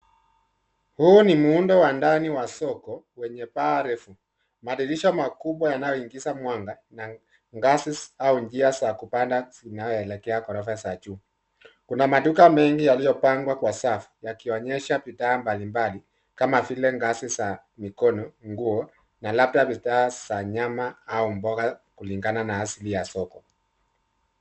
Huu ni muundo wa ndani wa soko wenye paa refu .Madirisha makubwa yanayoingiza mwanga na ngazi au njia za kupanda inayoelekea ghorofa za juu. Kuna maduka mengi yaliyopangwa kwa safu yakionyesha bidhaa mbalimbali kama vile ngazi za mkono, nguo na labda bidhaa za nyama au mboga kulingana na siku ya soko.